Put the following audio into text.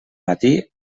matí